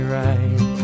right